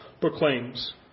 proclaims